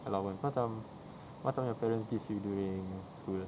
allowance macam macam your parents give you during school